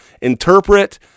interpret